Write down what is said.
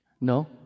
No